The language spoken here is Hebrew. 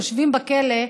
יושבים בכלא,